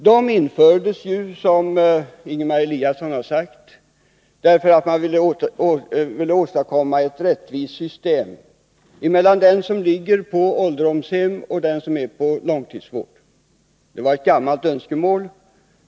Dessa infördes ju, som Ingemar Eliasson har sagt, därför att man ville åstadkomma ett rättvist system mellan dem som befinner sig på ålderdomshem resp. är i långvården. Detta var ett gammalt önskemål.